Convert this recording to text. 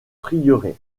prieuré